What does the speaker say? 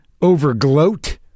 over-gloat